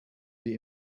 wir